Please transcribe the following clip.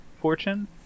fortune